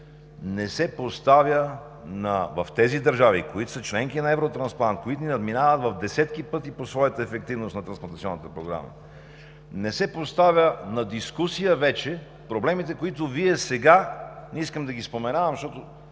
съюз! Никъде в тези държави, които са членки на „Евротрансплант“, които ни надминават в десетки пъти по своята ефективност на трансплантационната програма, не се поставят на дискусия вече проблемите, които Вие сега повдигате, не искам да ги споменавам, защото